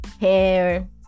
Hair